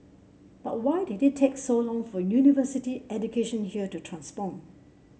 but why did it take so long for university education here to transform